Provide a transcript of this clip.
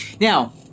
Now